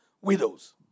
Widows